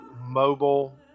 mobile